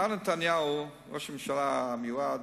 מר נתניהו, ראש הממשלה המיועד,